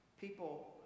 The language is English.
People